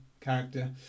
character